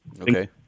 Okay